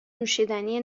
نوشیدنی